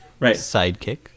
sidekick